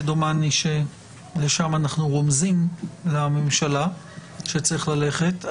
שדומני שלשם אנחנו רומזים לממשלה שצריך ללכת,